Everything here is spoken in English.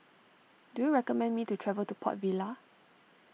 do you recommend me to travel to Port Vila